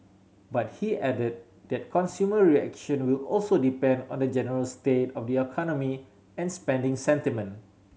but he added that consumer reaction will also depend on the general state of the economy and spending sentiment